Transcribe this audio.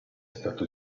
stato